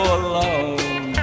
alone